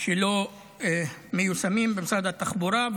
שלא מיושמים במשרד התחבורה,